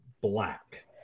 black